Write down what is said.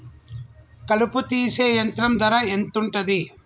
కలుపు తీసే యంత్రం ధర ఎంతుటది?